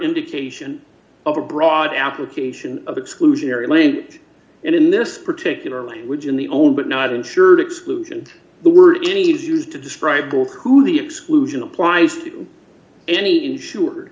indication of a broad application of exclusionary land and in this particular language in the only but not insured excludes the word any is used to describe who the exclusion applies to any insure